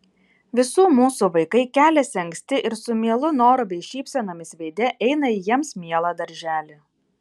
visų mūsų vaikai keliasi anksti ir su mielu noru bei šypsenomis veide eina į jiems mielą darželį